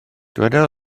dyweda